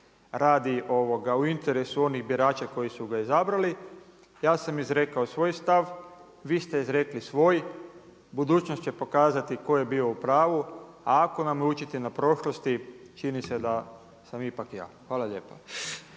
radi u interesu onih birača koji su ga izabrali. Ja sam izrekao svoj stav, vi ste izrekli svoj. Budućnost će pokazati tko je bio u pravu. A ako nam je učiti na prošlosti čini se da sam ipak ja. Hvala lijepa.